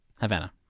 Havana